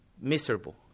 miserable